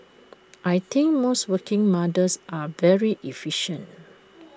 I think most working mothers are very efficient